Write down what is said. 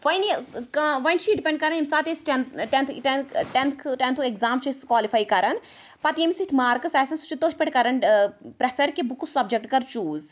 وَنہٕ کانٛہہ وۄنۍ چھُ یہِ ڈِپیٚنٛڈ کران ییٚمہِ ساتہٕ تہِ أسۍ ٹیٚنتھُک ایٚگزام چھِ أسۍ کوالِفے کران پَتہٕ ییٚمِس یِتھ مارکٕس آسیٚن سُہ چھُ تٔتھۍ پٮ۪ٹھ کران ٲں پرٛیٚفر کہِ بہٕ کُس سَبجیٚکٹہٕ کرٕ چیٛوٗز